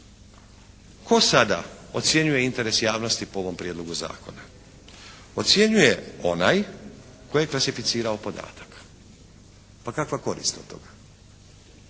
Tko sada ocjenjuje interes javnosti po ovom Prijedlogu zakona? Ocjenjuje onaj koji je klasificirao podatak. Pa kakva korist od toga?